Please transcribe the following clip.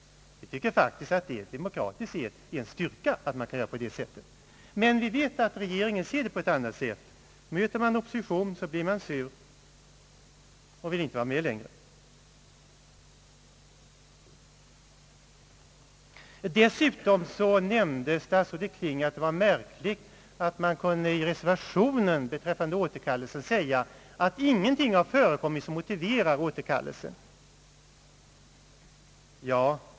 Vi tycker faktiskt att det demokratiskt sett är en styrka att kunna göra på det sättet. Men vi vet att regeringen ser det på ett annat sätt — möter man opposition, blir man sur och vill inte vara med längre. Dessutom nämnde statsrådet Kling att det var märkligt att det i reservationen beträffande återkallelsen kunde sägas att ingenting förekommit som motiverade återkallelsen.